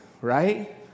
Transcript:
Right